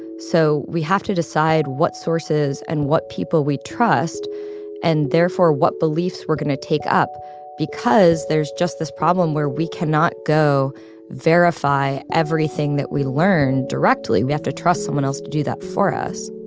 so we have to decide what sources and what people we trust and therefore what beliefs we're going to take up because there's just this problem where we cannot go verify everything that we learned directly. we have to trust someone else to do that for us